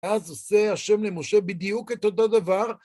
אז עושה השם למשה בדיוק את אותו דבר.